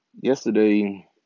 Yesterday